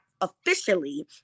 officially